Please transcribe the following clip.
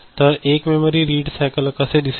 तर एक memory read cycle कसे दिसेल